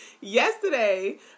yesterday